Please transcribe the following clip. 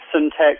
syntax